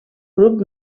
grup